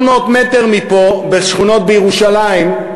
800 מטר מפה, בשכונות בירושלים,